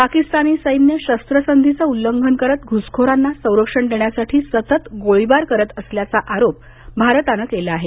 पाकिस्तानी सैन्य शस्त्रसंधीचं उल्लंघन करत घुसखोरांना संरक्षण देण्यासाठी सतत गोळीबार करत असल्याचा आरोप भारतानं केला आहे